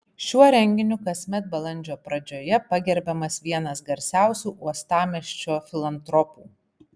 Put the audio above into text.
šiuo renginiu kasmet balandžio pradžioje pagerbiamas vienas garsiausių uostamiesčio filantropų